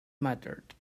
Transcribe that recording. muttered